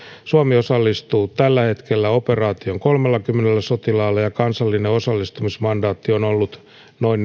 suomi osallistuu tällä hetkellä operaatioon kolmellakymmenellä sotilaalla ja kansallinen osallistumismandaatti on ollut noin